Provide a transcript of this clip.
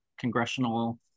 congressional